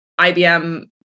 IBM